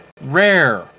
rare